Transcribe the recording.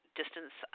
distance